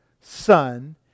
Son